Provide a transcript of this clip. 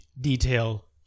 detail